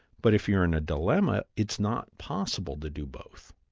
but if you're in a dilemma, it's not possible to do both.